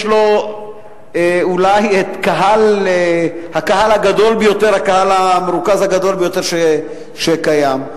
שירות לקהל הגדול ביותר והמרוכז ביותר שקיים.